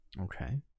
Okay